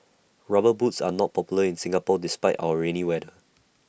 rubber boots are not popular in Singapore despite our rainy weather